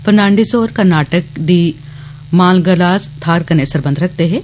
Fernandez होर कर्नाटक दी मानगालास थाहर कन्नै सरबंध रक्खदे हे